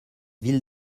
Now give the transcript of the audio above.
ville